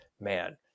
man